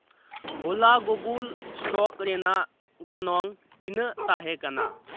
ᱦᱚᱞᱟ Google stock ᱨᱮᱱᱟᱜ ᱜᱚᱱᱚᱝ ᱛᱤᱱᱟᱹᱜ ᱛᱟᱦᱮᱸ ᱠᱟᱱᱟ